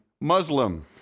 Muslim